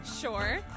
Sure